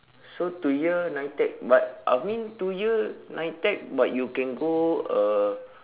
so two year NITEC but I mean two year NITEC but you can go uh